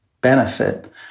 benefit